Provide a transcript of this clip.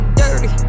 dirty